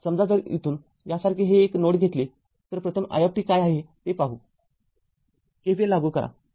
समजा जर इथून यासारखे ते एक नोड घेतले तरप्रथम i काय आहे ते पाहू KVL लागू करा